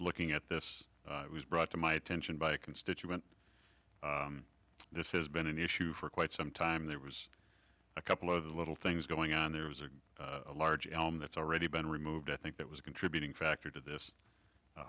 looking at this it was brought to my attention by a constituent this has been an issue for quite some time there was a couple of little things going on there was a large elm that's already been removed i think that was a contributing factor to this